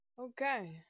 okay